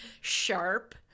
sharp